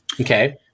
Okay